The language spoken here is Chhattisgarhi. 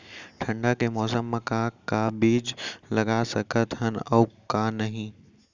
ठंडा के मौसम मा का का बीज लगा सकत हन अऊ का नही?